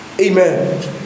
Amen